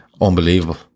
Unbelievable